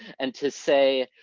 and to say,